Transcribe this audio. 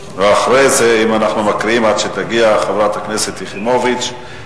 אם אנחנו מקריאים עד שתגיע חברת הכנסת יחימוביץ,